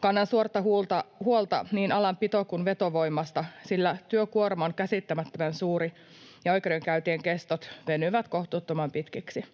Kannan suurta huolta niin alan pito- kuin vetovoimasta, sillä työkuorma on käsittämättömän suuri ja oikeudenkäyntien kestot venyvät kohtuuttoman pitkiksi.